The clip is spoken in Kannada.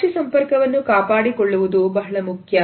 ಅಕ್ಷಿ ಸಂಪರ್ಕವನ್ನು ಕಾಪಾಡಿಕೊಳ್ಳುವುದು ಬಹಳ ಮುಖ್ಯ